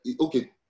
okay